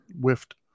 whiffed